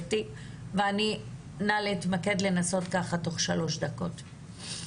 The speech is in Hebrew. נא להתמקד תוך שלוש דקות,